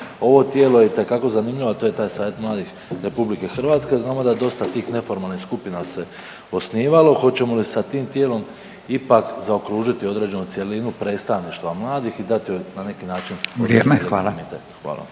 ovo tijelo je itekako zanimljivo a to je taj Savjet mladih RH, znamo da je dosta tih neformalnih skupina se osnivalo. Hoćemo li sa tim tijelom ipak zaokružiti određenu cjelinu predstavništva mladih i dati jo na neki način … …/Upadica